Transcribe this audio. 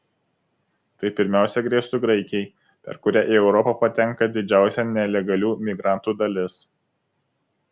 tai pirmiausia grėstų graikijai per kurią į europą patenka didžiausia nelegalių migrantų dalis